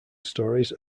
stories